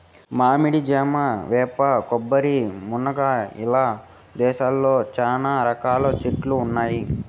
మామిడి, జామ, వేప, కొబ్బరి, మునగ ఇలా దేశంలో చానా రకాల చెట్లు ఉన్నాయి